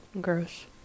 Gross